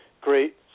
great